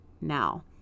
now